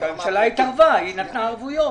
הממשלה התערבה, היא נתנה ערבויות.